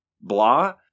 blah